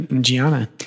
Gianna